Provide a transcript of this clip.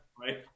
right